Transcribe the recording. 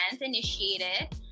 initiated